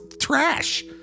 trash